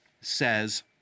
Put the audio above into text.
says